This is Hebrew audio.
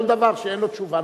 כל דבר שאין לו תשובה,